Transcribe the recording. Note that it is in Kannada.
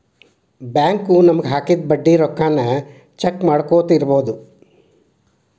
ಬ್ಯಾಂಕು ನಮಗ ಹಾಕಿದ ಬಡ್ಡಿ ರೊಕ್ಕಾನ ಚೆಕ್ ಮಾಡ್ಕೊತ್ ಇರ್ಬೊದು